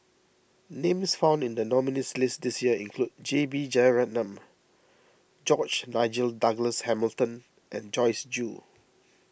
names found in the nominees' list this year include J B Jeyaretnam George Nigel Douglas Hamilton and Joyce Jue